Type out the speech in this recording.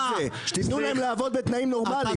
תנו להם לעבוד בתנאים נורמליים.